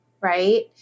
Right